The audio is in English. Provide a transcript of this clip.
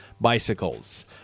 Bicycles